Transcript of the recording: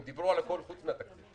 הם דיברו על הכול חוץ מהתקציב.